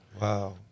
Wow